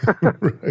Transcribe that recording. Right